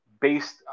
based